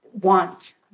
want